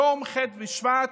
היום, ח' בשבט,